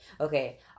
okay